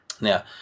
now